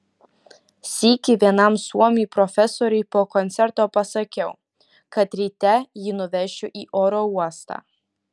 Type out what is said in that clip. sykį vienam suomiui profesoriui po koncerto pasakiau kad ryte jį nuvešiu į oro uostą